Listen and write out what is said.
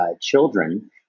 children